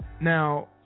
Now